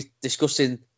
discussing